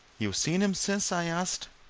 you've seen him since? i asked.